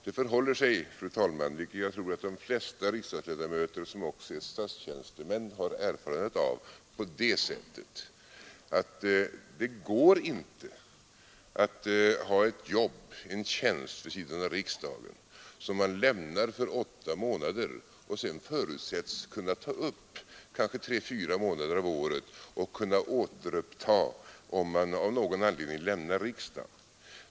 Det förhåller sig, fru talman, vilket jag tror att de flesta riksdagsledamöter som också är statstjänstemän har erfarenhet av, på det sättet att det inte går att ha ett jobb eller en tjänst vid sidan av riksdagen, som man lämnar för åtta månader och som man sedan förutsätts kunna ta upp kanske tre fyra månader av året och kunna återuppta i full utsträckning om man av någon anledning lämnar riksdagen.